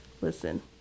listen